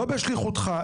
לא בשכיחותך,